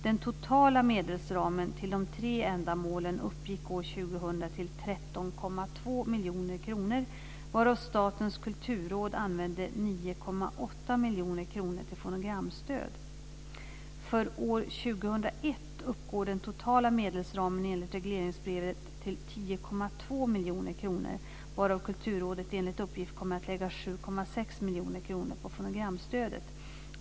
Den totala medelsramen till de tre ändamålen uppgick år 2000 till 13,2 miljoner kronor, varav Statens kulturråd använde 9,8 miljoner kronor till fonogramstöd. För år 2001 uppgår den totala medelsramen enligt regleringsbrevet till 10,2 miljoner kronor, varav Kulturrådet enligt uppgift kommer att lägga 7,6 miljoner kronor på fonogramstödet.